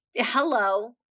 hello